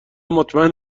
مطمئن